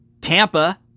Tampa